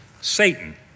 Satan